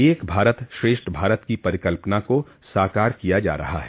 एक भारत श्रेष्ठ भारत की परिकल्पना को साकार किया जा रहा है